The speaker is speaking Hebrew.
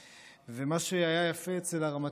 מה שהיה יפה אצל הרמטכ"ל היוצא,